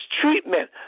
treatment